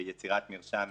ביצירת מרשם